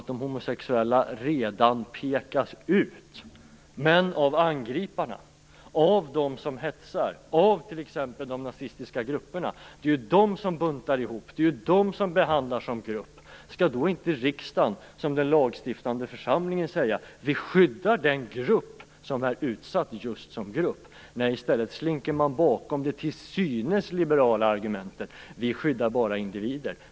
De homosexuella pekas ju redan ut, men av angriparna, av dem som hetsar, av t.ex. de nazistiska grupperna. Det är de som buntar ihop och behandlar de homosexuella som grupp. Skall inte riksdagen då, som den lagstiftande församlingen, säga: Vi skyddar den grupp som är utsatt just som grupp. I stället slinker man bakom det till synes liberala argumentet att man bara skyddar individer.